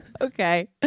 Okay